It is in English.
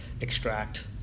extract